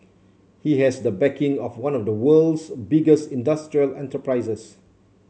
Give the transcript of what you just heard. he has the backing of one of the world's biggest industrial enterprises